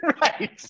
Right